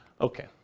Okay